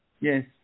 Yes